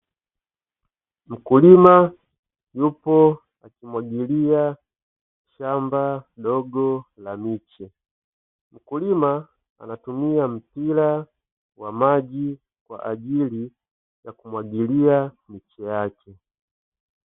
Mkulima yupo akimwagilia shamba dogo la miti , mkulima anatumia mpira wa maji kwa ajili ya kumwagilia miche yake.